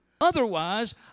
Otherwise